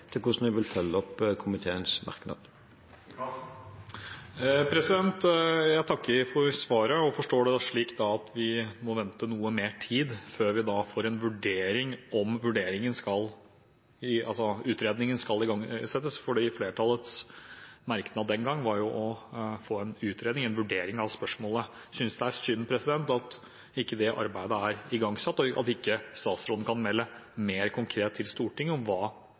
til hvordan jeg vil følge opp komiteens merknad. Jeg takker for svaret og forstår det slik at vi må vente noe lenger før vi får en vurdering av om utredningen skal igangsettes – for flertallets merknad den gang var jo å få en utredning, en vurdering, av spørsmålet. Jeg synes det er synd at ikke det arbeidet er igangsatt, og at ikke statsråden kan melde mer konkret til Stortinget om hva